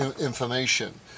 information